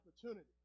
opportunity